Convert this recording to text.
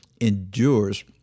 endures